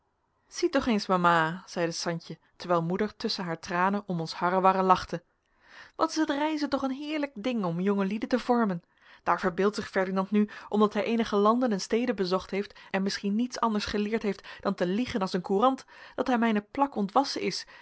zie toch eens mama zeide santje terwijl moeder tusschen haar tranen om ons harrewarren lachte wat is het reizen toch een heerlijk ding om jongelieden te vormen daar verbeeldt zich ferdinand nu omdat hij eenige landen en steden bezocht heeft en misschien niets anders geleerd heeft dan te liegen als een courant dat hij mijne plak ontwassen is